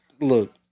look